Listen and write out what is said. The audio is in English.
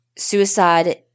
suicide